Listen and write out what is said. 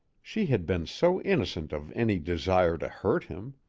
she had been so innocent of any desire to hurt him.